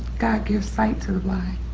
god gives sight to the blind,